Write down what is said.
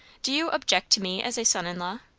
do you object to me as a son-in-law?